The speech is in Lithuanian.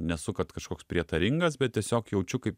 nesu kad kažkoks prietaringas bet tiesiog jaučiu kaip